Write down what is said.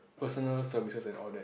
personal services and all that